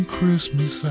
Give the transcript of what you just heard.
Christmas